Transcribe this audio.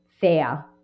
fair